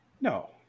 No